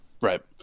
Right